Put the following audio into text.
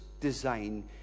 design